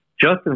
Justin